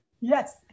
Yes